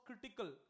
critical